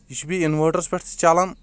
یہِ چھُ بییٚہِ انوٲٹرس پٮ۪ٹھ تہِ چلان